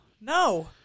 No